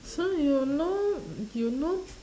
so you know you know